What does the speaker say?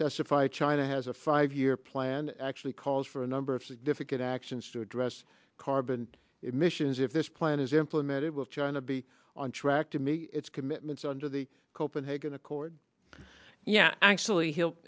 testify china has a five year plan actually calls for a number of significant actions to address carbon emissions if this plan is implemented with china be on track to meet its commitments under the copenhagen accord yeah actually h